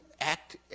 act